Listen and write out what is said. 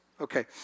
Okay